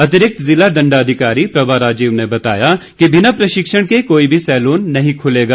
अतिरिक्त जिला दंडाधिकारी प्रभा राजीव ने बताया कि बिना प्रशिक्षण के कोई भी सैलून नहीं खुलेगा